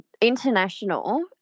international